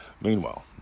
Meanwhile